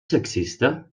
sexista